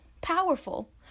powerful